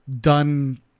done